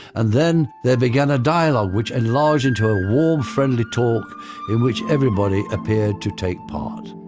and then there began a dialogue which enlarged into a warm friendly talk in which everybody appeared to take part.